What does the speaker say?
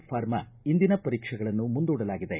pharma ಇಂದಿನ ಪರೀಕ್ಷೆಗಳನ್ನು ಮುಂದೂಡಲಾಗಿದೆ